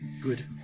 Good